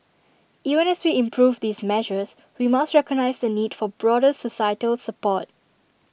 even as we improve these measures we must recognise the need for broader societal support